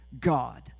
God